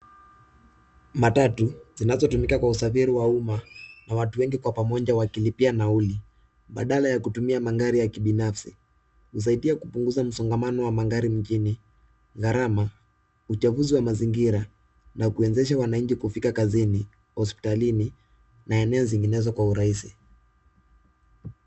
Matatu, zinazotumika kwa usafiri wa umma na watu wengi kwa pamoja wakilipia nauli badala ya kutumia magari ya kibinafsi. Husaidia kupunguza msongamano wa magari mjini, gharama, uchafuzi wa mazingira na kuwezesha wanachi kufika kazini, hospitalini na eneo zinginezo kwa urahisi.